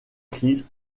crise